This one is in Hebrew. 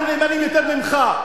אנחנו נאמנים יותר ממך,